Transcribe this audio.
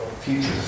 future